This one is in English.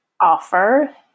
offer